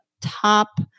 top